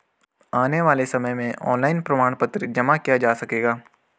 आने वाले समय में ऑनलाइन प्रमाण पत्र जमा किया जा सकेगा